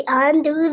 undo